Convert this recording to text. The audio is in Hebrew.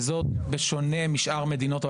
וזאת בשונה משאר מדינות העולם.